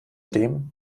dem